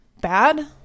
bad